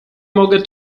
mogę